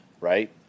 right